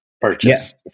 Purchase